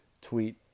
tweet